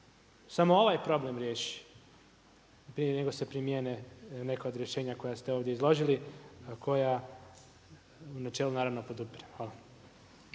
samo ovaj problem riješi, prije nego se primjene neka od rješenja koja ste ovdje izložili, a koja u načelu naravno podupirem.